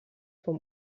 vom